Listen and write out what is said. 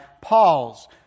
Paul's